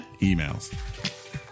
emails